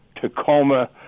Tacoma